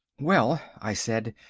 well, i said,